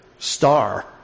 Star